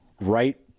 Right